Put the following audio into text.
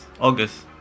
August